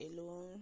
alone